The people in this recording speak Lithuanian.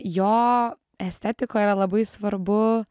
jo estetikoj yra labai svarbu